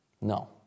No